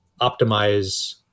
optimize